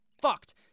fucked